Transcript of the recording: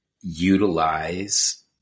utilize